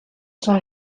son